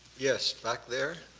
yes, back there?